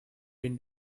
been